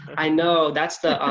i know, that's the.